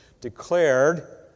declared